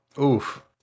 oof